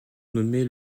nommé